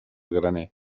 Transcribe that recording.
graner